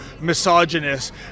misogynist